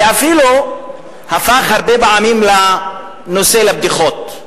והוא אפילו הפך הרבה פעמים נושא לבדיחות.